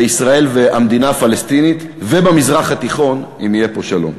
בישראל ובמדינה הפלסטינית ובמזרח התיכון אם יהיה פה שלום.